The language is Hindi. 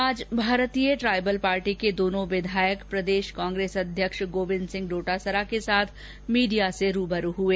आज भारतीय ट्राइबल पार्टी के दोनों विधायक प्रदेश कांग्रेस अध्यक्ष गोविंद सिंह डोटासरा के साथ मीडिया से रूबरू हुए